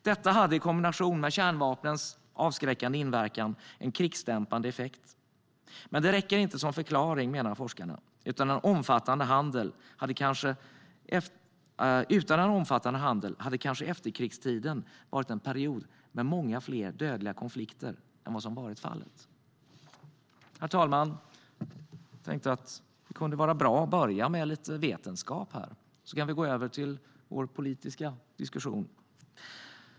Detta hade i kombination med kärnvapnens avskräckande inverkan en krigsdämpande effekt. Men det räcker inte som förklaring, menar forskarna. Utan en omfattande handel hade kanske efterkrigstiden varit en period med många fler dödliga konflikter än vad som varit fallet. Herr talman! Jag tänkte att det kunde vara bra att börja med lite vetenskap. Nu kan vi gå över till vår politiska diskussion.